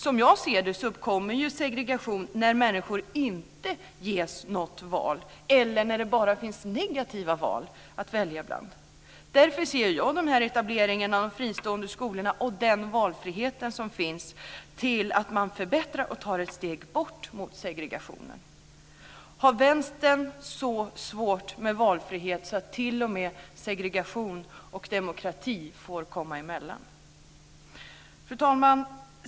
Som jag ser det kommer segregation när människor inte ges något val eller när det bara finns negativa val att göra. Därför ser jag etableringarna av de fristående skolorna och den valfrihet som finns som ett sätt att förbättra och ta ett steg bort från segregationen. Har Vänstern så svårt med valfrihet att t.o.m. segregation och demokrati får komma emellan? Fru talman!